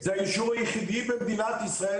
זה היישוב היחידי במדינת ישראל,